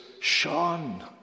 shone